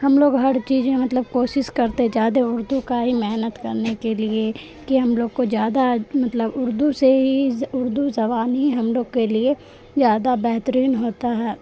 ہم لوگ ہر چیز میں مطلب کوشش کرتے زیادے اردو کا ہی محنت کرنے کے لیے کہ ہم لوگ کو زیادہ مطلب اردو سے ہی اردو زبان ہی ہم لوگ کے لیے زیادہ بہترین ہوتا ہے